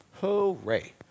Hooray